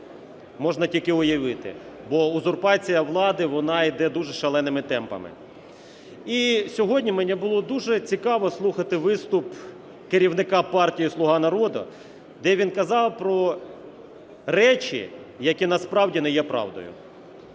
можна тільки уявити. Бо узурпація влади, вона йде дуже шаленими темпами. І сьогодні мені було дуже цікаво слухати виступ керівника партії "Слуга народу", де він казав про речі, які насправді не є правдою.